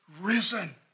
risen